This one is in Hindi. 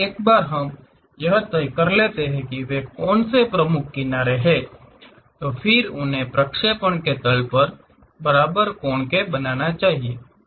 एक बार हम यह तय कर लेते हैं कि वे कौन से प्रमुख किनारे हैं तो फिरे उन्हें प्रक्षेपण के तल पर बराबर कोण के बनाना चाहिए